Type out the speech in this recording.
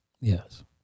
Yes